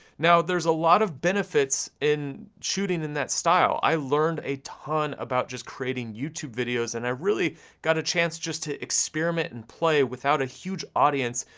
now, there's a lot of benefits in shooting in that style. i learned a ton about just creating youtube videos, and i really got a chance just to experiment, and play without a huge audience,